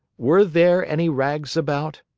were there any rags about?